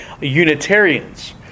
Unitarians